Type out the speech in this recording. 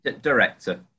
director